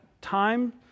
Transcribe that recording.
time